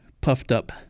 puffed-up